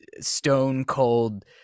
stone-cold